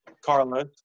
Carla